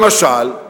למשל,